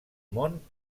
món